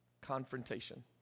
confrontation